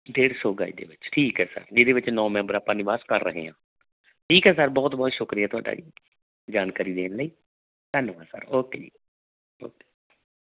ਡੇਢ ਸੌ ਗਜ਼ ਦੇ ਵਿੱਚ ਠੀਕ ਹੈ ਸਰ ਜਿਹਦੇ ਵਿੱਚ ਨੌ ਮੈਂਬਰ ਆਪਾਂ ਨਿਵਾਸ ਕਰ ਰਹੇ ਹਾਂ ਠੀਕ ਹੈ ਸਰ ਬਹੁਤ ਬਹੁਤ ਸ਼ੁਕਰੀਆ ਤੁਹਾਡਾ ਜੀ ਜਾਣਕਾਰੀ ਦੇਣ ਲਈ ਧੰਨਵਾਦ ਸਰ ਓਕੇ ਜੀ ਓਕੇ